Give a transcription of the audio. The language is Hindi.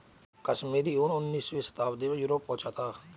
कश्मीरी ऊन उनीसवीं शताब्दी में यूरोप पहुंचा था